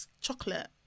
chocolate